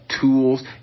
Tools